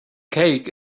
cake